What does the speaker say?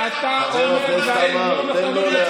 אדוני היושב-ראש,